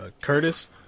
Curtis